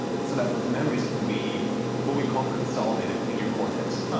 so that those memories can be what we call consolidated in your cortex.